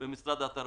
במשרד התרבות.